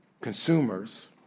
consumers